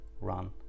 run